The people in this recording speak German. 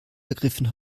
vergriffen